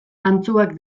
antzuak